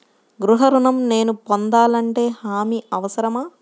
గృహ ఋణం నేను పొందాలంటే హామీ అవసరమా?